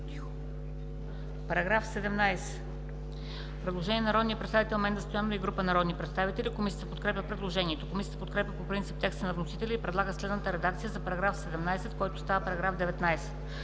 По § 17 има предложение на народния представител Менда Стоянова и група народни представители. Комисията подкрепя предложението. Комисията подкрепя по принцип текста на вносителя и предлага следната редакция за § 17, който става § 19: „§ 19.